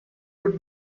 would